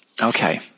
Okay